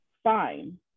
fine